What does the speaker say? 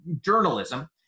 journalism